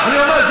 אני אומר,